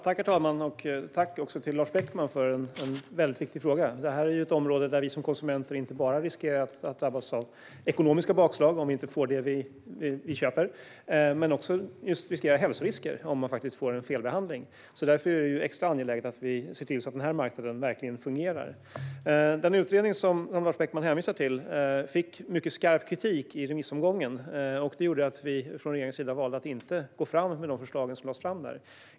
Herr talman! Jag tackar Lars Beckman för en mycket viktig fråga. Detta är ett område där vi som konsumenter inte bara riskerar att drabbas av ekonomiska bakslag om vi inte får det som vi köper, utan där vi även riskerar hälsorisker vid felbehandling. Därför är det extra angeläget att vi ser till att denna marknad verkligen fungerar. Den utredning som Lars Beckman hänvisar till fick mycket skarp kritik i remissomgången. Det gjorde att vi från regeringens sida valde att inte lägga fram utredningens förslag.